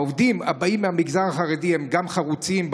העובדים הבאים מהמגזר החרדי הם חרוצים,